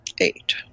Eight